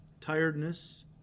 tiredness